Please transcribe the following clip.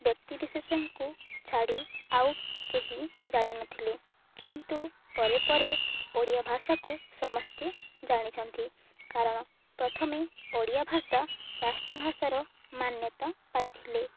ବ୍ୟକ୍ତିିବିଶେଷଙ୍କୁ ଛାଡ଼ି ଆଉ କେହି ଜାଣିନଥିଲେ କିନ୍ତୁ ପରେ ପରେ ଓଡ଼ିଆ ଭାଷାକୁ ସମସ୍ତେ ଜାଣିଛନ୍ତି କାରଣ ପ୍ରଥମେ ଓଡ଼ିଆ ଭାଷା ରାଷ୍ଟ୍ରଭାଷାର ମାନ୍ୟତା ପାଇଥିଲେ